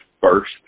first